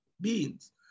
beings